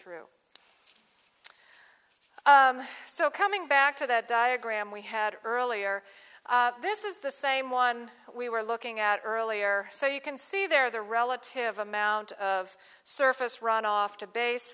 through so coming back to that diagram we had earlier this is the same one we were looking at earlier so you can see there the relative amount of surface runoff to base